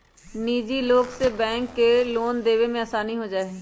निजी लोग से बैंक के लोन देवे में आसानी हो जाहई